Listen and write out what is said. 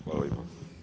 Hvala lijepa.